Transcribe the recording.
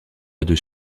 auprès